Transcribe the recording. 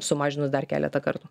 sumažinus dar keletą kartų